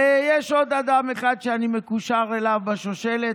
ויש עוד אדם אחד שאני מקושר אליו בשושלת,